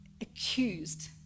accused